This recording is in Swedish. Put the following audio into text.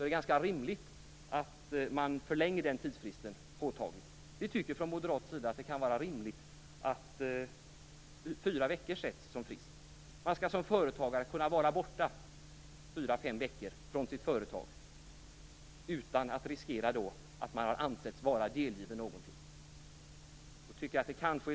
morgonkvisten - att man förlänger den tidsfristen påtagligt. Från moderaternas sida tycker vi att det är rimligt att fyra veckor sätts som tidsfrist. Man skall som företagare kunna vara borta i 4-5 veckor från sitt företag utan att riskera att man har ansetts vara delgiven någonting.